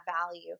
value